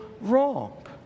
wrong